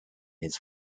his